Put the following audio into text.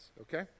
okay